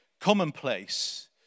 commonplace